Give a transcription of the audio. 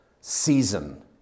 season